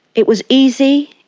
it was easy,